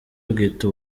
abwita